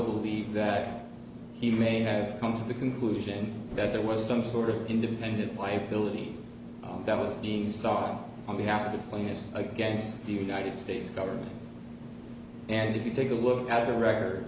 believe that he may have come to the conclusion that there was some sort of independent liability that was being sought on behalf of the plaintiffs against the united states government and if you take a look at the record